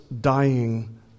dying